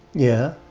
yeah.